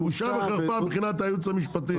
זה בושה וחרפה מבחינת הייעוץ המשפטי במשרד הפנים.